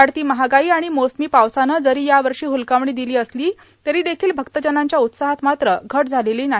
वाढती महागाई आणि मोसमी पावसानं जरी या वर्षी हलकावणी दिली तरी देखील भक्तजनांच्या उत्साहात मात्र घट झालेली नाही